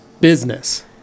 business